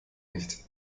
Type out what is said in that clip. nicht